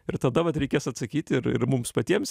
ir tada vat reikės atsakyti ir ir mums patiems